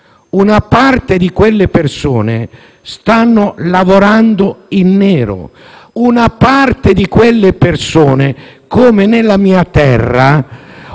una parte di quelle persone stanno lavorando in nero, una parte di quelle persone, come nella mia terra,